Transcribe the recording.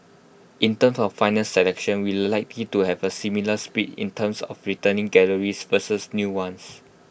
in terms of final selection we will likely to have A similar split in terms of returning galleries versus new ones